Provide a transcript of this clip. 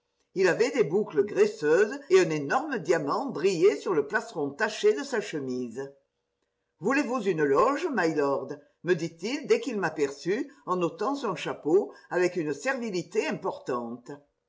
il avait des boucles graisseuses et un énorme diamant brillait sur le plastron taché de sa chemise voulez-vous une loge mylordp me dit-il dès qu'il m'aperçut en ôtant son chapeau avec une servilité importante